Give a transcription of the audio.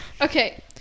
okay